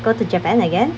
go to japan again